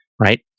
right